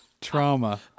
Trauma